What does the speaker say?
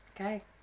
Okay